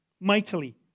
mightily